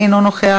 אינו נוכח,